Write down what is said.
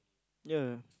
ya